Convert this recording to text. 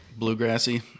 bluegrassy